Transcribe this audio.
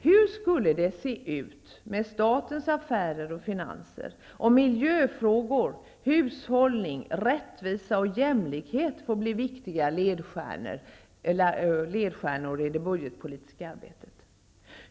Hur skulle det se ut med statens affärer och finanser om miljöfrågor, hushållning, rättvisa och jämlikhet fick bli viktiga ledstjärnor i det budgetpolitiska arbetet?